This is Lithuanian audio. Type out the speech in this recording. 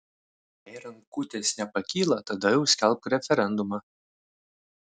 jei rankutės nepakyla tada jau skelbk referendumą